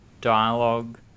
dialogue